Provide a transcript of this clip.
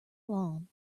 lawn